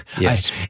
Yes